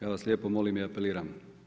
Ja vas lijepo molim i apeliram.